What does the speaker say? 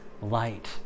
light